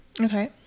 okay